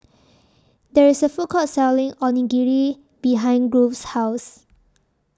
There IS A Food Court Selling Onigiri behind Grove's House